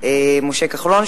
משה כחלון,